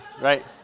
right